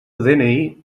dni